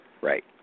right